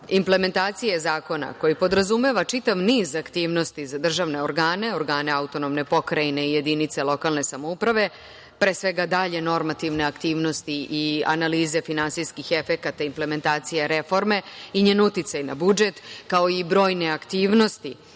implementacije zakona koji podrazumeva čitav niz aktivnosti za državne organe, organe autonomne pokrajine i jedinice lokalne samouprave, pre svega dalje normativne aktivnosti i analize finansijskih efekata implementacije reforme i njen uticaj na budžet, kao i brojne aktivnosti